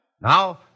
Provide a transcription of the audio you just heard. Now